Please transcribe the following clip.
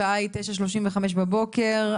השעה 9:35 בבוקר.